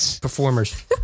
performers